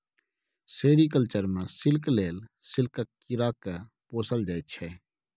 sericulture मे silk लेल सिल्कक कीरा केँ पोसल जाइ छै